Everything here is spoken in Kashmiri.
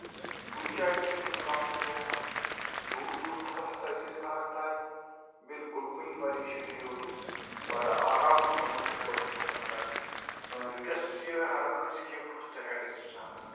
کُنہِ جایہِ دِتُن نہٕ کانہہ تہِ دۄنکھٕ دوٗر دوٗر سَفر ہسا ٲسۍ أسۍ کران طے بِلکُل کُنہِ پَریشٲنی روٚس بَڑٕ آرامَس منٛز ہسا کوٚر اَسہِ سَفر طے سٲنۍ رِکویسٹ چھِ ہر کٲنسہِ فٔسٹ ہینڈ ٲسِو انان